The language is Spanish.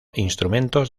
instrumentos